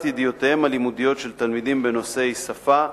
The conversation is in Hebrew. ידיעותיהם הלימודיות של תלמידים בנושאי שפה,